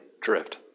drift